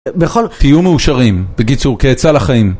בכל... תהיו מאושרים. בקיצור, כעצה לחיים.